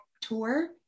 tour